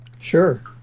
Sure